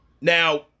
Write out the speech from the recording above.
Now